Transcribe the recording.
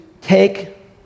take